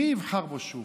מי יבחר בו שוב?